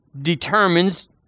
determines